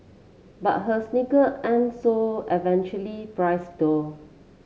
but her sneaker aren't so averagely price though